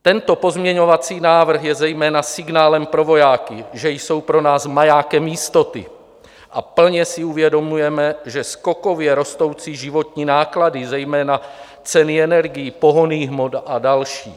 Tento pozměňovací návrh je zejména signálem pro vojáky, že jsou pro nás majákem jistoty a plně si uvědomujeme skokově rostoucí životní náklady, zejména ceny energií, pohonných hmot a další.